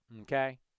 Okay